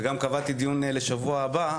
וגם קבעתי דיון לשבוע הבא,